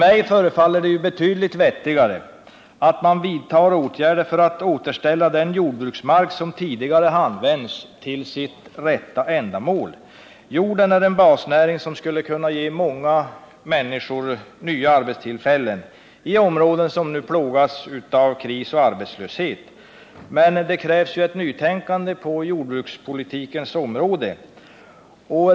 Mig förefaller det betydligt vettigare att man vidtar åtgärder för att återställa den jordbruksmark som tidigare använts för sitt rätta ändamål. Jordbruket är en basnäring, som skulle kunna ge många människor nya arbetstillfällen i områden som nu plågas av kris och arbetslöshet. Men för det krävs ett nytänkande på jordbrukspolitikens område.